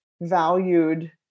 valued